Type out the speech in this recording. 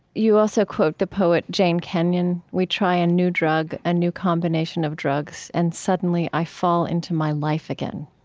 you also quote the poet, jane kenyon we try a new drug, a new combination of drugs, and suddenly i fall into my life again.